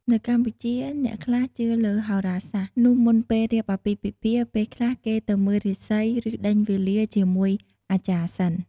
នៅកម្ពុជាអ្នកខ្លះជឿលើហោរាសាស្រ្ត នោះមុនពេលការរៀបអាពាហ៍ពិពាហ៍ ពេលខ្លះគេទៅមើលរាសី ឬដេញវេលាជាមួយអាចារ្យសិន។